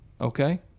Okay